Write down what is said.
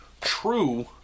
true